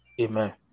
Amen